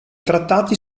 trattati